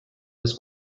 was